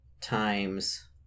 times